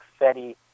Fetty